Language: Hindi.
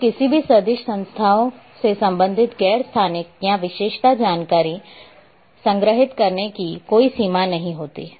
तो किसी भी सदिश संस्थाओं से संबंधित गैर स्थानिक या विशेषता जानकारी संग्रहीत करने की कोई सीमा नहीं होती